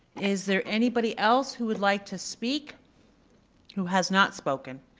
is there anybody else who would like to speak who has not spoken.